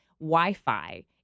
Wi-Fi